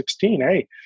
hey